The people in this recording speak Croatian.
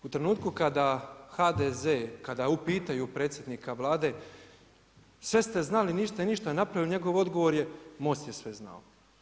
U trenutku kada HDZ, kada upitaju predsjednika Vlade, sve ste znali, niste ništa napravili, njegov odgovor je MOST je sve znao.